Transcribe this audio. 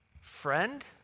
friend